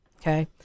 Okay